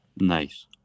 Nice